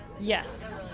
Yes